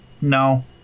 No